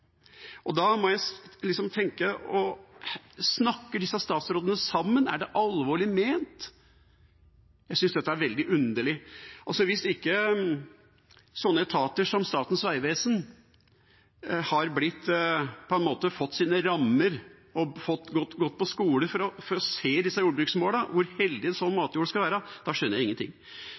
disse statsrådene sammen? Er det alvorlig ment? Jeg synes dette er veldig underlig. Hvis ikke etater som Statens vegvesen har fått sine rammer og gått på skole for å se disse jordbruksmålene – hvor hellig sånn matjord skal være – skjønner jeg ingenting.